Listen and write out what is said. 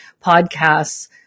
podcasts